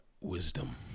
Wisdom